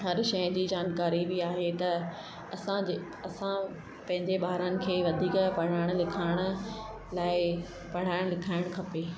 हर शइ जी जानकारी बि आहे त असांजे असां पंहिंजे ॿारनि खे वधीक पढ़ाइण लिखाइण लाइ पढ़ाइणु लिखाइणु खपे